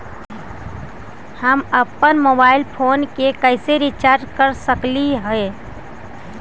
हम अप्पन mobile phone के कैसे रिचार्ज कर सकली हे?